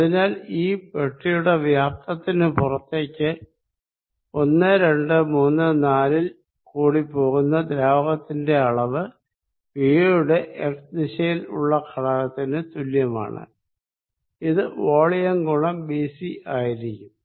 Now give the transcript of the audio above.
അതിനാൽ ഈ ബോക്സിന്റെ വോളിയമിന് പുറത്തേക്ക് 1234 ൽ കൂടി പോകുന്ന ദ്രാവകത്തിന്റെ അളവ് V യുടെ x ദിശയിൽ ഉള്ള ഘടകത്തിന് തുല്യമാണ് ഇത് വോളിയം ഗുണം bcആയിരിക്കും